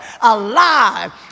alive